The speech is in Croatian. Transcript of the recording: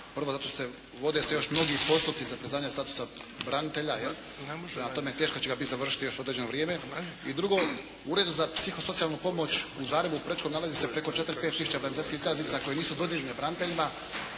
Prvo zato što, vode se još mnogi postupci za priznavanje statusa branitelja, je li, prema tome, teško će ga biti završiti još određeno vrijeme. I drugo, Ured za psihosocijalnu pomoć u Zagrebu, u Prečkom nalazi se preko 4, 5, tisuća …/Govornik se ne razumije./… koje nisu dodijeljene braniteljima.